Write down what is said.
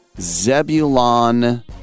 Zebulon